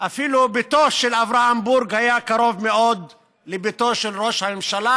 אפילו ביתו של אברהם בורג היה קרוב מאוד לביתו של ראש הממשלה,